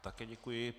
Také děkuji.